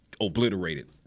obliterated